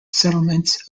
settlements